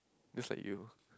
just like you